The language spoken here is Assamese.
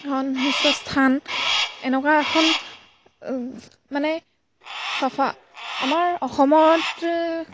এখন সুস্থ স্থান এনেকুৱা এখন মানে চাফা আমাৰ অসমত